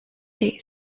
day